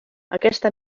aquesta